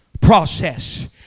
process